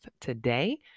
today